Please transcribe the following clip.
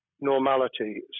normality